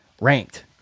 ranked